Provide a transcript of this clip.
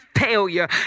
failure